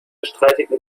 streitigen